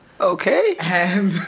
Okay